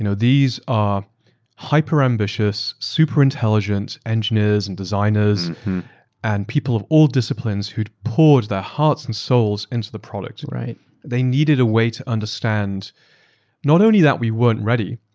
you know these are hyper-ambitious, super intelligent engineers and designers and people of all disciplines who poured their hearts and souls into the product. they needed a way to understand not only that we weren't ready,